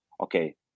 okay